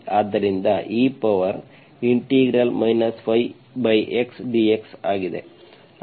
ಆದ್ದರಿಂದ e 5x dx ಆಗಿದೆ